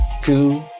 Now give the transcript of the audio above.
two